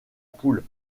poule